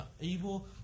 evil